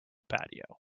patio